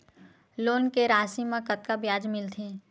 Loan के राशि मा कतका ब्याज मिलथे?